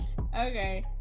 Okay